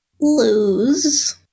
Lose